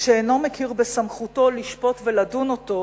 שאינו מכיר בסמכותו לשפוט ולדון אותו,